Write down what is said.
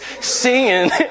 singing